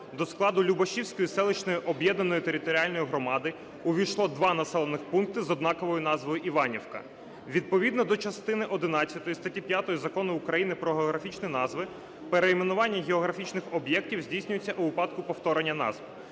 до складу Любашівською селищної об'єднаної територіальної громади увійшло два населених пункти з однаковою назвою "Іванівка". Відповідно до частини 11 статті 5 Закону України "Про географічні назви" перейменування географічних об'єктів здійснюються у випадку повторення назв.